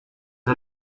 des